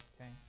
Okay